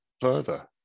further